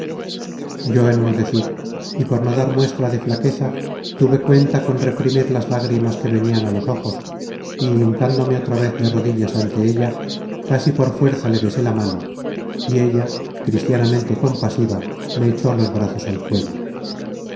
yo enmudecí y por no dar muestra de flaqueza tuve cuenta con reprimir las lágrimas que me venian á los ojos y hincándome otra vez de rodillas ante ella casi por fuerza la besé la mano y ella cristianamente compasiva me echó los brazos al cuello